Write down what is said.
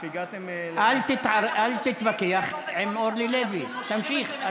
אל תתווכח עם אורלי לוי, תמשיך.